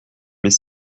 mes